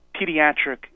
pediatric